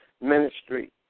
Ministry